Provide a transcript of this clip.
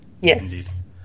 Yes